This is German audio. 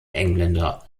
engländer